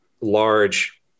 large